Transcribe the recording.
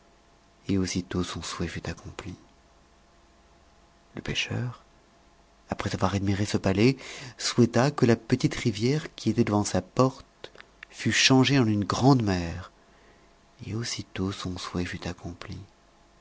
et aussitôt son souhait fut accompli le pêcheur après avoir admiré ce palais souhaita que la petite rivière qui était devant sa porte fût changée en une grande mer et aussitôt son souhait fut accompli